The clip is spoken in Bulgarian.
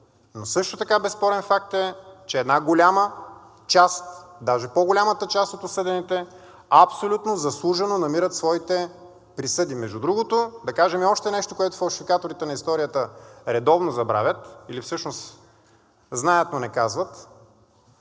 но също така безспорен факт е, че една голяма част, даже по-голямата част от осъдените, абсолютно заслужено намират своите присъди. Между другото, да кажем и още нещо, което фалшификаторите на историята редовно забравят, или всъщност знаят, но не казват